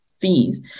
fees